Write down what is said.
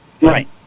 Right